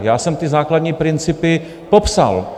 Já jsem ty základní principy popsal.